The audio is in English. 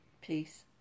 Peace